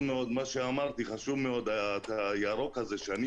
מה שאמרתי לגבי האור הירוק, זה חשוב מאוד.